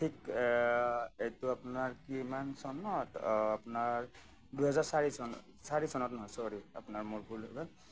ঠিক এইটো আপোনাৰ কিমান চনত আপোনাৰ দুহেজাৰ চাৰি চনত চাৰি চনত নহয় চ'ৰী আপোনাৰ মোৰ ভুল হৈ গ'ল